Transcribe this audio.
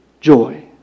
joy